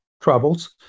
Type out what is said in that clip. troubles